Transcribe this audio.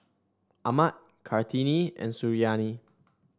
Ahmad Kartini and Suriani